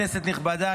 כנסת נכבדה,